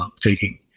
taking